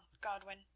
Godwin